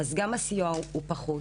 אז, גם הסיוע פחות,